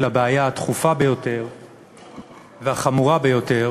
לבעיה הדחופה ביותר והחמורה ביותר